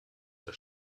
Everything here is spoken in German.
der